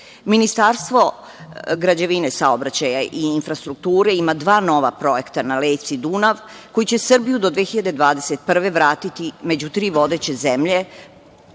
civilizacije. Ministarstvo građevine, saobraćaja i infrastrukture ima dva nova projekta na reci Dunav, koji će Srbiju do 2021. godine vratiti među tri vodeće zemlje